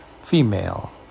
female